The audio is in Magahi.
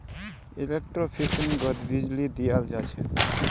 एलेक्ट्रोफिशिंगोत बीजली दियाल जाहा